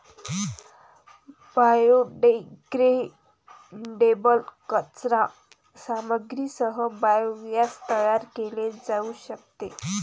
biodegradable कचरा सामग्रीसह biogas तयार केले जाऊ शकते